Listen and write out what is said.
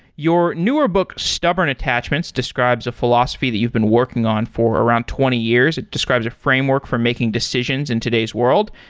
your newer book, stubborn attachments describes a philosophy that you've been working on for around twenty years. it describes a framework for making decisions in today's world.